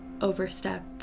overstep